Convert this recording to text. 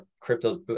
crypto's